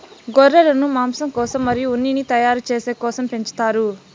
గొర్రెలను మాంసం కోసం మరియు ఉన్నిని తయారు చేసే కోసం పెంచుతారు